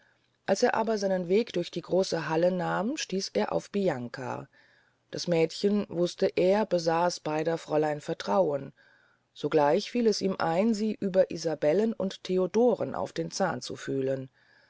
als er aber seinen weg durch die große halle nahm stieß er auf bianca das mädchen wuste er besaß beyder fräulein vertrauen sogleich fiel es ihm ein sie über isabellen und theodoren auf den zahn zu fühlen